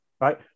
right